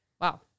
Wow